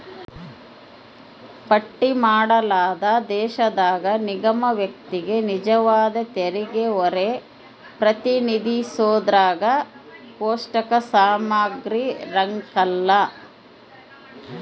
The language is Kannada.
ಪಟ್ಟಿ ಮಾಡಲಾದ ದೇಶದಾಗ ನಿಗಮ ವ್ಯಕ್ತಿಗೆ ನಿಜವಾದ ತೆರಿಗೆಹೊರೆ ಪ್ರತಿನಿಧಿಸೋದ್ರಾಗ ಕೋಷ್ಟಕ ಸಮಗ್ರಿರಂಕಲ್ಲ